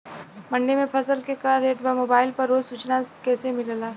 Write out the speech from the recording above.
मंडी में फसल के का रेट बा मोबाइल पर रोज सूचना कैसे मिलेला?